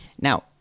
Now